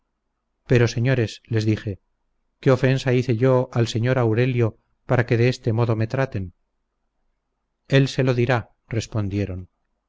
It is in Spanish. pero señores les dije qué ofensa hice yo al señor aurelio para que de este modo me traten él se lo dirá respondieron